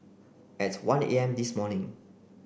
at one A M this morning